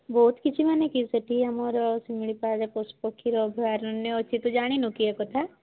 ବହୁତ କିଛି ମାନେ କି ସେଇଠି ଆମର ଶିମିଳିପାଳରେ ପଶୁ ପକ୍ଷୀର ଅଭୟାରଣ୍ୟ ଅଛି ତୁ ଜାଣିନୁ କି ଏ କଥା